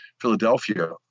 Philadelphia